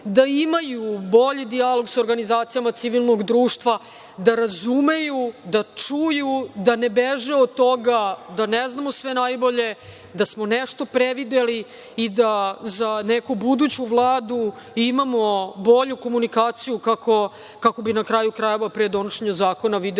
da imaju bolji dijalog sa organizacijama civilnog društva, da razumeju, da čuju, da ne beže od toga, da ne znamo sve najbolje, da smo nešto prevideli i da za neku buduću Vladu imamo bolju komunikaciju, kako bi na kraju, krajeva pre donošenja zakona videli